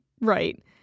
right